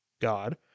God